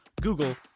Google